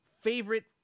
Favorite